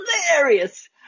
hilarious